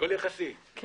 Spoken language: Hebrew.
יש לנו